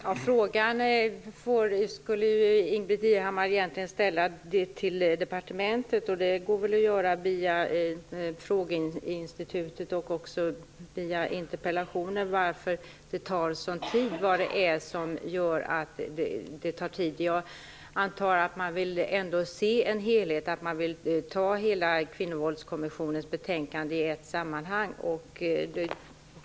Herr talman! Den frågan skall Ingbritt Irhammar egentligen ställa till departementet. Det kan man ju göra via frågeinstitutet eller interpellationer. Varför tar det sådan tid? Jag antar att man ändå vill se en helhet och anta Kvinnovåldskommissionens betänkande i ett sammanhang.